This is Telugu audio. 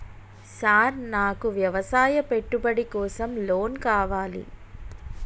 సార్ నాకు వ్యవసాయ పెట్టుబడి కోసం లోన్ కావాలి?